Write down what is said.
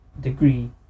degree